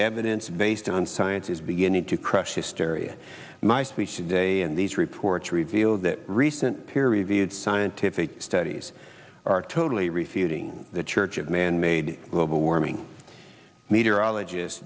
evidence based on science is beginning to crush hysteria my speech today in these reports revealed that recent peer reviewed scientific studies are totally receding the church of manmade global warming meteorologist